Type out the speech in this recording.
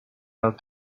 out